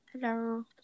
Hello